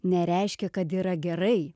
nereiškia kad yra gerai